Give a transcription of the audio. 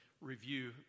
review